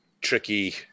tricky